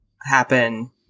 happen